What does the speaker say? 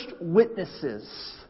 witnesses